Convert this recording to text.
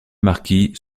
marquis